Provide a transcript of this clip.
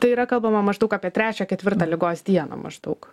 tai yra kalbama maždaug apie trečią ketvirtą ligos dieną maždaug